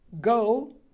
Go